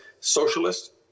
socialist